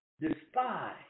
despise